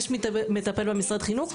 יש מטפל במשרד חינוך,